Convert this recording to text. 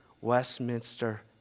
Westminster